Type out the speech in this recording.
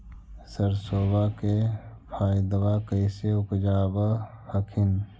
सरसोबा के पायदबा कैसे उपजाब हखिन?